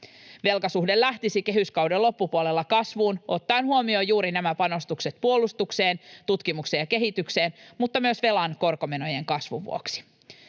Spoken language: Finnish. Velkasuhde lähtisi kehyskauden loppupuolella kasvuun, ottaen huomioon juuri nämä panostukset puolustukseen, tutkimukseen ja kehitykseen, mutta myös velan korkomenojen kasvun vuoksi.